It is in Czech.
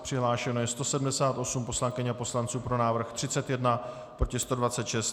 Přihlášeno je 178 poslankyň a poslanců, pro návrh 31, proti 126.